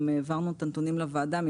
העברנו את הנתונים לוועדה.